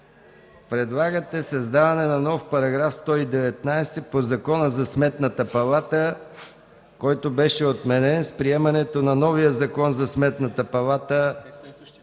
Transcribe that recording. предлагате създаване на нов § 119 по Закона за Сметната палата, който беше отменен с приемането на новия Закон за Сметната палата...